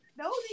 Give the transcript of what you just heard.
no